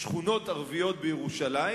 "שכונות ערביות בירושלים"